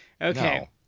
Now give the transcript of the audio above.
Okay